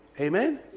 Amen